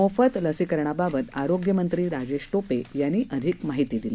मोफत लसीकरणाबाबत आरोग्यमंत्री राजेश टोपे यांनी अधिक माहिती दिली